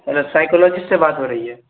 hello psychologist سے بات ہو رہی ہے